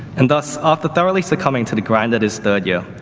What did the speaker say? and thus after thoroughly succumbing to the grind that is third year,